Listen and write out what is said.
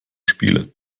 spiele